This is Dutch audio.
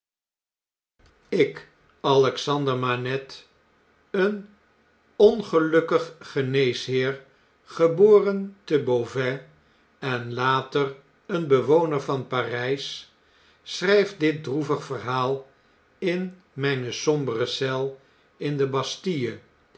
lk alexander manette een ongelukkig geneesheer geboren te b e a u v a i s en later een bewoner van p a r jj s schrijf dit droevig verhaal in mijne sombere eel in de bastille